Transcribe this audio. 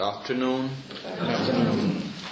afternoon